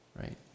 right